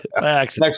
Next